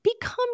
become